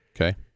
Okay